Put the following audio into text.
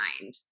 mind